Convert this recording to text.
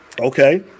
Okay